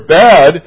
bad